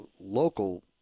local